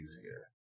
easier